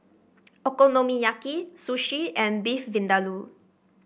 Okonomiyaki Sushi and Beef Vindaloo